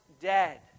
dead